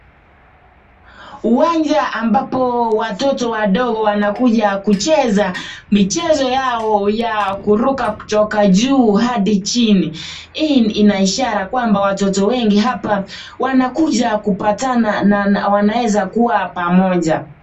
Uwanja ambapo watoto wadogo wanakuja kucheza michezo yao ya kuruka kutoka juu hadi chini. Hii inaishara kwamba watoto wengi hapa wanakuja kupatana na wanaweza kuwa pamoja.